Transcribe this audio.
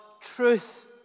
truth